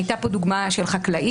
הייתה פה דוגמה של חקלאים,